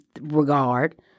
regard